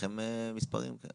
זה